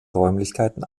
räumlichkeiten